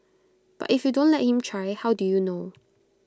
but if you don't let him try how do you know